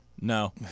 No